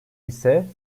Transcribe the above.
ise